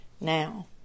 now